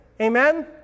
Amen